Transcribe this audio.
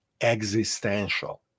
existential